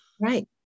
Right